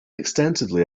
extensively